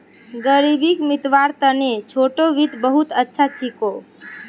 ग़रीबीक मितव्वार तने छोटो वित्त बहुत अच्छा छिको